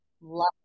Love